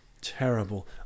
Terrible